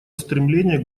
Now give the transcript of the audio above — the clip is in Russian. стремления